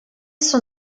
son